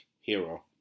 hero